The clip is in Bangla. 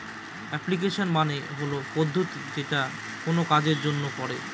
অ্যাপ্লিকেশন মানে হল পদ্ধতি যেটা কোনো কাজের জন্য করে